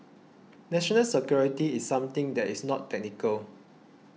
national security is something that is not technical